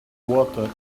water